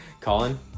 Colin